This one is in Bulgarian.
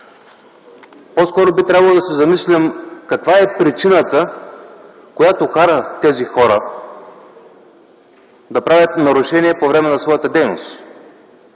По-скоро би-трябвало да се замислим каква е причината по която тези хора да правят нарушение по време на своята дейност.